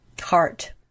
heart